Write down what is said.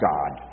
God